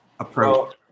approach